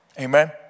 Amen